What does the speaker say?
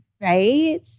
right